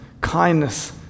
kindness